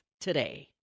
today